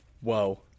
Whoa